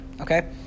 Okay